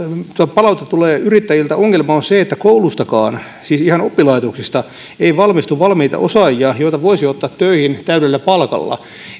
palautetta tulee yrittäjiltä ongelma on se että kouluistakaan siis ihan oppilaitoksista ei valmistu valmiita osaajia joita voisi ottaa töihin täydellä palkalla